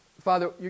Father